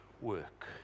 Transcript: work